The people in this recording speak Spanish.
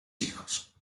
hijos